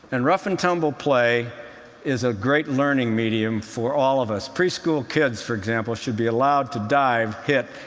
and rough-and-tumble play is a great learning medium for all of us. preschool kids, for example, should be allowed to dive, hit,